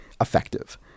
effective